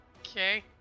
Okay